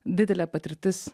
didelė patirtis